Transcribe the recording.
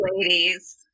ladies